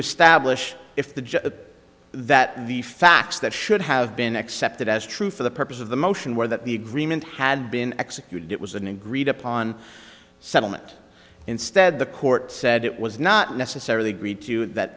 establish if the judge that the facts that should have been accepted as true for the purpose of the motion where that the agreement had been executed it was an agreed upon settlement instead the court said it was not necessarily greed to it that